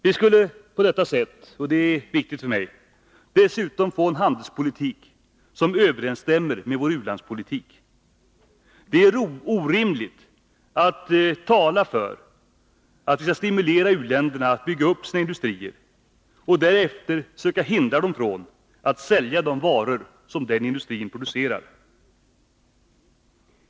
Vi skulle på detta sätt — och det är viktigt för mig — dessutom få en handelspolitik som överensstämmer med vår u-landspolitik. Och det är orimligt att tala för och stimulera u-länderna att bygga upp sin industri och därefter söka hindra dem från att sälja de varor som den industrin producerar.